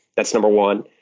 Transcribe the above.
that's number one.